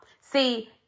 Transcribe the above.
See